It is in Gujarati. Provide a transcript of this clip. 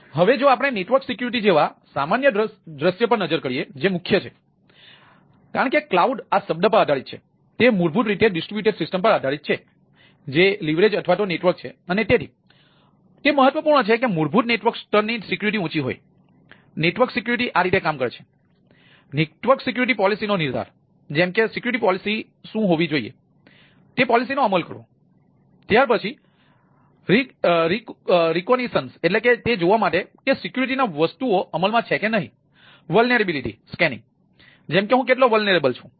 હવે જો આપણે નેટવર્ક સિક્યુરિટી સ્કેનિંગ જેમ કે હું કેટલો વલ્નરબલ છું